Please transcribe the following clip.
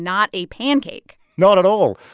not a pancake not at all.